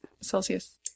Celsius